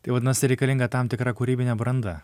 tai vadinasi reikalinga tam tikra kūrybinė branda